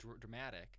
dramatic